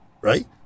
right